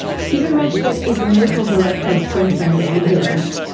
stephen rashford is the medical director of queensland ambulance.